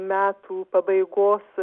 metų pabaigos